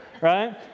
right